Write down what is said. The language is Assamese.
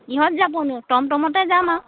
কিহত যাবনো টমটমতে যাম আৰু